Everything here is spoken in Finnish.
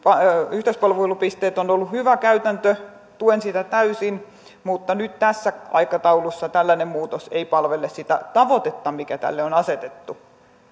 yhteispalvelupisteet ovat olleet hyvä käytäntö tuen sitä täysin mutta nyt tässä aikataulussa tällainen muutos ei palvele sitä tavoitetta mikä tälle on asetettu